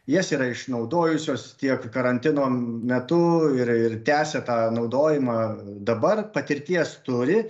jas yra išnaudojusios tiek karantino metu ir ir tęsia tą naudojimą dabar patirties turi